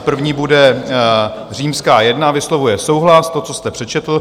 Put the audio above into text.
První bude římská jedna vyslovuje souhlas, to, co jste přečetl.